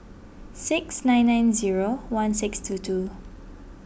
six nine nine zero one six two two